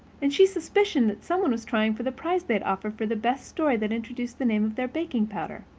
and she suspicioned that somebody was trying for the prize they'd offered for the best story that introduced the name of their baking powder.